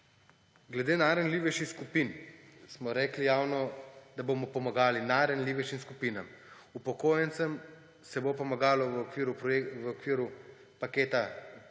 Glede najranljivejših skupin smo rekli javno, da bomo pomagali najranljivejšim skupinam. Upokojencem se bo pomagalo v okviru paketa